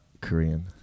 Korean